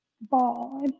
ball